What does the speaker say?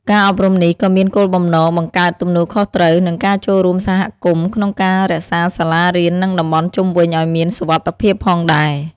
ការអប់រំនេះក៏មានគោលបំណង បង្កើតទំនួលខុសត្រូវ និងការចូលរួមសហគមន៍ ក្នុងការរក្សាសាលារៀន និងតំបន់ជុំវិញឱ្យមានសុវត្ថិភាពផងដែរ។